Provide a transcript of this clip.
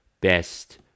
best